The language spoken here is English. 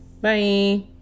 Bye